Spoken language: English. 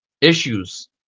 issues